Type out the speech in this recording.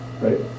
Right